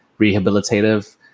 rehabilitative